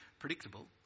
predictable